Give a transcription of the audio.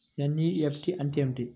NEFT అంటే ఏమిటీ?